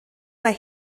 mae